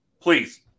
please